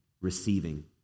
receiving